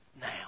now